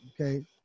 okay